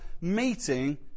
meeting